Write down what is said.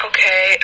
Okay